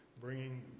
bringing